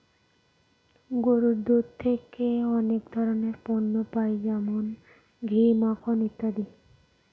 গরুর দুধ থেকে অনেক ধরনের পণ্য পাই যেমন ঘি, মাখন ইত্যাদি